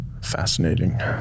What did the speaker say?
Fascinating